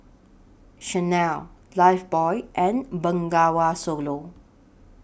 Chanel Lifebuoy and Bengawan Solo